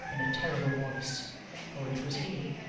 in a terrible voice for it was he.